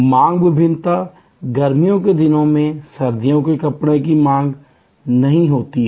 मांग भिन्नता है गर्मी के दिनों में सर्दियों के कपड़ों की मांग नहीं होती है